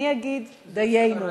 אני אגיד: דיינו.